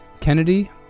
Kennedy